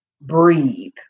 breathe